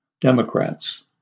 Democrats